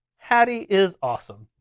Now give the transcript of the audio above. hattie is awesome.